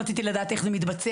רציתי לדעת איך זה מתבצע